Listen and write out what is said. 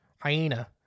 Hyena